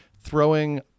throwing